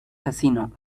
casino